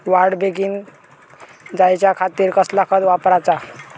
वाढ बेगीन जायच्या खातीर कसला खत वापराचा?